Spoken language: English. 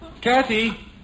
Kathy